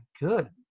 good